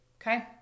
Okay